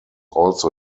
also